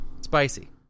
spicy